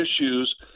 issues